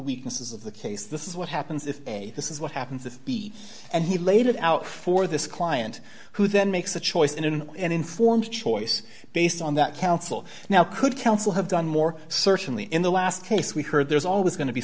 weaknesses of the case this is what happens if a this is what happens this week and he laid it out for this client who then makes a choice in an informed choice based on that counsel now could counsel have done more certainly in the last case we heard there's always going to be